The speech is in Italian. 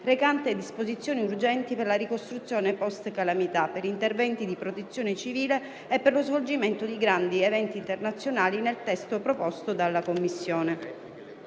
recante disposizioni urgenti per la ricostruzione post-calamità, per interventi di protezione civile e per lo svolgimento di grandi eventi internazionali, è convertito in legge con